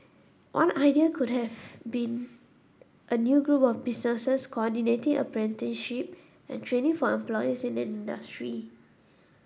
one idea could have been a new group of businesses coordinating apprenticeship and training for employers in an industry